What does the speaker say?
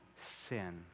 sin